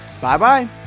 Bye-bye